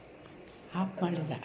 half ಮಾಡಿಲ್ಲ